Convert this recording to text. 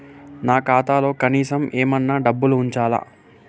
నా ఖాతాలో కనీసం ఏమన్నా డబ్బులు ఉంచాలా?